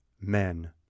men